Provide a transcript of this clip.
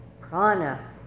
Prana